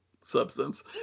substance